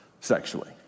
sexually